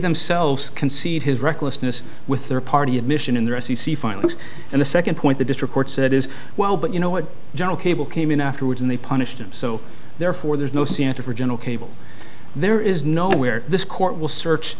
themselves concede his recklessness with their party admission in their s e c filings and the second point the district court said is well but you know what general cable came in afterwards and they punished him so therefore there's no santa for general cable there is no where this court will search